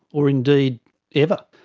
or indeed ever,